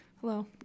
Hello